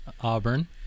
Auburn